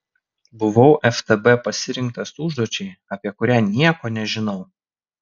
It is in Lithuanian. buvau ftb pasirinktas užduočiai apie kurią nieko nežinau